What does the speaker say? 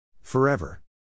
Forever